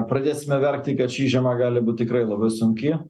pradėsime verkti kad ši žiema gali būti tikrai labai sunki